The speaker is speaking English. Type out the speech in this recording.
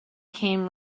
came